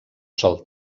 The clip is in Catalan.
sol